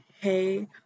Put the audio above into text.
hey